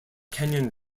canyon